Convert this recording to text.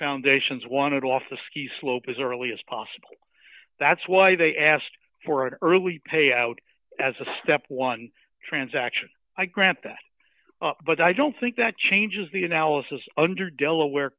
foundations wanted off the ski slope as early as possible that's why they asked for an early payout as a step one transaction i grant that but i don't think that changes the analysis under delaware